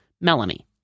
Melanie